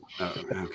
okay